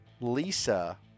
Lisa